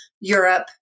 Europe